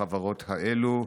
האנשים שילכו הביתה והחברות האלה,